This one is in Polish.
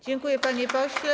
Dziękuję, panie pośle.